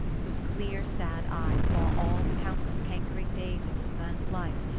whose clear, sad eye saw all the countless cankering days of this man's life,